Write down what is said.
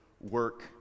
work